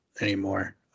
anymore